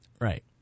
Right